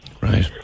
Right